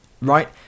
right